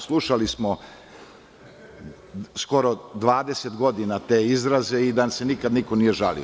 Slušali smo skoro 20 godina te izraze i da se nikad niko nije žalio.